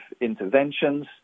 interventions